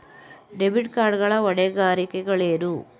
Debit card ಗಳ ಹೊಣೆಗಾರಿಕೆಗಳೇನು?